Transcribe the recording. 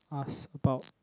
ask about